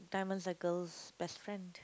diamonds are girls' best friend